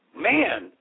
man